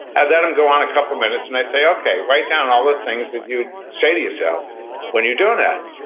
have that and go on a couple minutes, and i say, okay, write down all the things that you'd say to yourself when you're doing that.